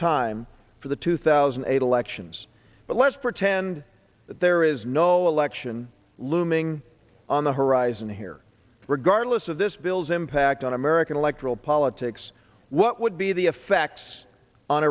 time for the two thousand and eight elections but let's pretend that there is no election looming on the horizon here regardless of this bill's impact on american electoral politics what would be the effects on